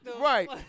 Right